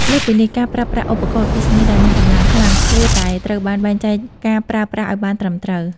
លើសពីនេះ ការប្រើប្រាស់ឧបករណ៍អគ្គិសនីដែលមានកម្លាំងខ្លាំង គួរតែត្រូវបានបែងចែកការប្រើប្រាស់ឱ្យបានត្រឹមត្រូវ។